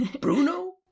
Bruno